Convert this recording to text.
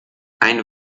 ein